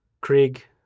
Krieg